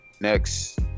next